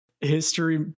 history